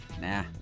nah